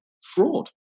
fraud